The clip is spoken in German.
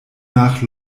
nach